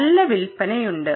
നല്ല വിൽപ്പനയുണ്ട്